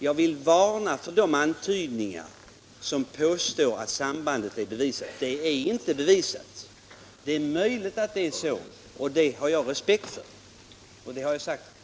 Jag vill varna för antydningar om att sambandet är bevisat. Det är det inte! Det är möjligt att det finns ett samband. Jag har respekt för att det kan vara så, och det har jag sagt tidigare.